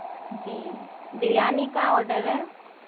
جی بریانی کا آڈر ہے